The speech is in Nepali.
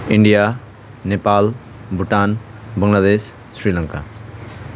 इन्डिया नेपाल भुटान बङ्गलादेश श्रीलङ्का